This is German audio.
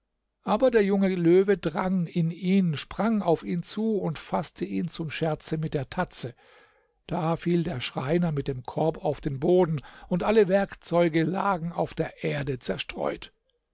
aber der junge löwe drang in ihn sprang auf ihn zu und faßte ihn zum scherze mit der tatze da fiel der schreiner mit dem korb auf den boden und alle werkzeuge lagen auf der erde zerstreut